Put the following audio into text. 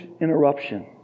interruption